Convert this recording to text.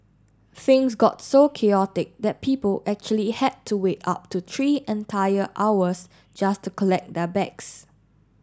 things got so chaotic that people actually had to wait up to three entire hours just to collect their bags